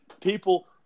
People